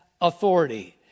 authority